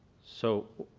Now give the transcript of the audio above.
so,